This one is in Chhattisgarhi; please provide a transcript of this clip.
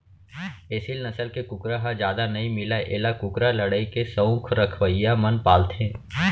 एसील नसल के कुकरा ह जादा नइ मिलय एला कुकरा लड़ई के सउख रखवइया मन पालथें